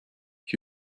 ich